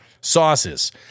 sauces